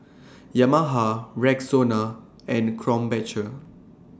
Yamaha Rexona and Krombacher